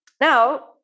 Now